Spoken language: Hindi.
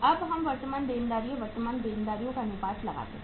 अब हम वर्तमान देनदारियों वर्तमान देनदारियों का अनुमान लगाते हैं